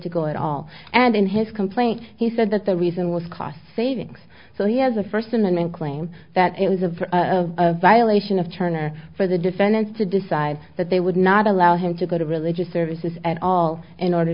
to go at all and in his complaint he said that the reason was cost savings so he has a first amendment claim that it was of a violation of turner for the defendants to decide that they would not allow him to go to religious services at all in order